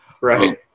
right